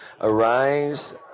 Arise